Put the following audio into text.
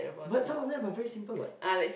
but some of them are very simple what